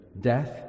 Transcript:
Death